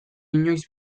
inoiz